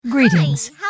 Greetings